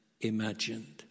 imagined